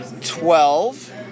Twelve